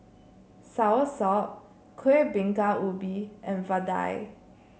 Soursop Kuih Bingka Ubi and Vadai